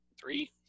three